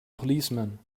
policeman